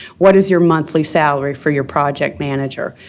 what is your monthly salary for your project manager?